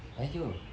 !aiyo!